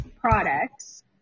products